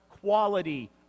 quality